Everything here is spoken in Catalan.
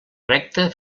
recta